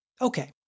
Okay